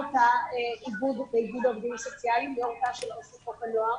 ראש איגוד העובדים הסוציאליים לחוק הנוער.